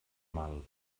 mal